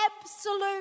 absolute